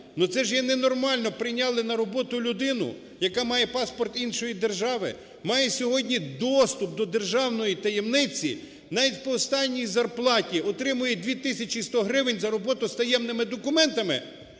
це ж є ненормально: прийняли на роботу людину, яка має паспорт іншої держави, має сьогодні доступ до державної таємниці, навіть по останній зарплаті отримує 2100 гривень за роботу з таємними документами,